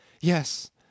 Yes